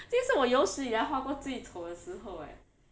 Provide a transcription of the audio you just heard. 今天是我有史以来画过最丑的时候 eh